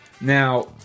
Now